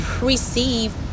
receive